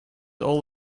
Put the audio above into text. all